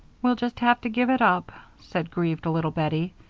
we'll just have to give it up, said grieved little bettie.